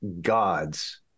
God's